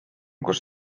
kus